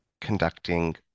conducting